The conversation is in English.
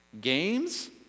Games